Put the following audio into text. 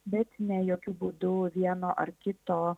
bet ne jokiu būdu vieno ar kito